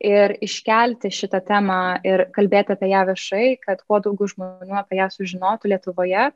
ir iškelti šitą temą ir kalbėti apie ją viešai kad kuo daugiau žmonių apie ją sužinotų lietuvoje